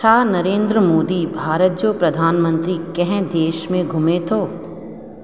छा नरेंद्र मोदी भारत जो प्रधानमंत्री कंहिं देश में घुमे थो